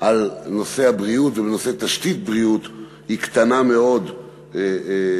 על נושא הבריאות ובנושא תשתית בריאות היא קטנה מאוד מהממוצע.